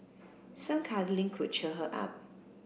some cuddling could cheer her up